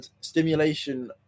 stimulation